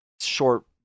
short